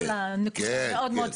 כן, כן.